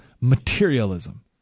materialism